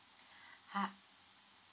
ah